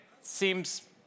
seems